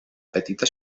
petita